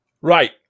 Right